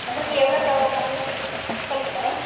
உங்களுக்கு எவ்வளோ தேவைலப்படும் சொல்லுங்கள் மேடம்